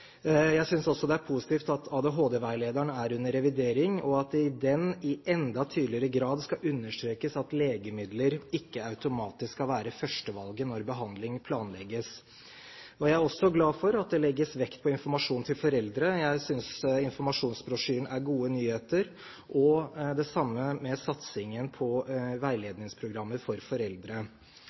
Jeg synes også at det er positivt at ADHD-veilederen er under revidering, og at det i den i enda tydeligere grad skal understrekes at legemidler ikke automatisk skal være førstevalget når behandling planlegges. Jeg er også glad for at det legges vekt på informasjon til foreldre. Jeg synes informasjonsbrosjyren er gode nyheter, og det samme med satsingen på veiledningsprogrammer for foreldre.